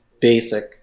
basic